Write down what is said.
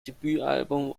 debütalbum